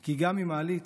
כי גם מעלית